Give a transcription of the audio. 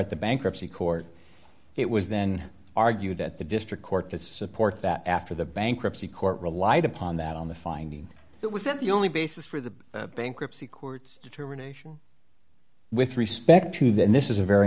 at the bankruptcy court it was then argued at the district court to support that after the bankruptcy court relied upon that on the finding that was that the only basis for the bankruptcy courts determination with respect to that this is a very